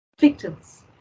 victims